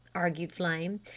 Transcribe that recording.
argued flame.